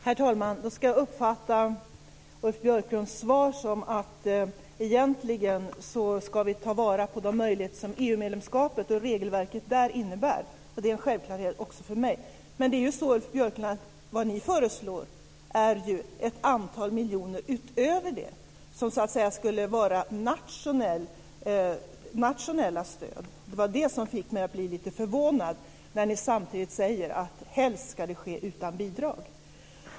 Herr talman! Då ska jag uppfatta Ulf Björklunds svar så att vi egentligen ska ta vara på de möjligheter som EU-medlemskapet och regelverket där innebär. Det är en självklarhet också för mig. Men, Ulf Björklund, vad ni föreslår är ju ett antal miljoner utöver det som skulle vara nationella stöd. Det var det som fick mig att bli lite förvånad, när ni samtidigt säger att helst ska det ske utan bidrag.